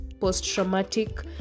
post-traumatic